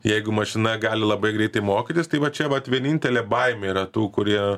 jeigu mašina gali labai greitai mokytis tai va čia vat vienintelė baimė yra tų kurie